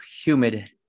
humid